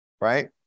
right